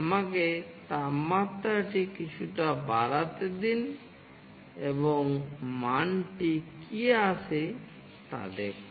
আমাকে তাপমাত্রাটি কিছুটা বাড়াতে দিন এবং মানটি কী আসে তা দেখুন